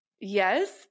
Yes